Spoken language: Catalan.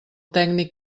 tècnic